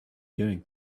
doing